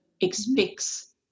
expects